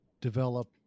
develop